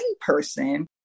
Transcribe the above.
person